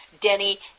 Denny